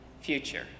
future